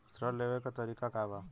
ऋण लेवे के तरीका का बा?